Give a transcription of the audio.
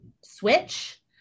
switch